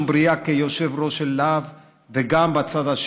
מחברת את עם ישראל ונותנת המון רוח ומחיה את הציונות.